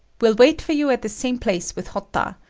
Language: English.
will wait for you at the same place with hotta.